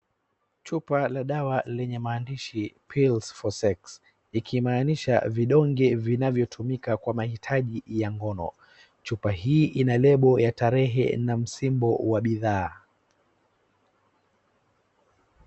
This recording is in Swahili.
Chupa la dawa lenye maandishi PILLS FOR SEX likimanisha vidonge vinavyotumika kwa mahitaji ya ngono .Chupa hii ina label ya tarehe na msimbu wa bidhaa.